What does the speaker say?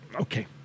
Okay